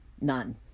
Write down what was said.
None